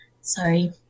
Sorry